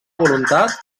voluntat